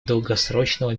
долгосрочного